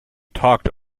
talked